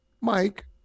Mike